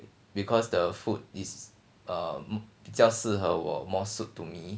because the food is um 比较适合我 more suit to me